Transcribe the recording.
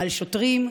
על שוטרים,